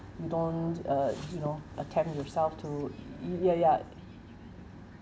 you don't uh you know attempt yourself to uh ya ya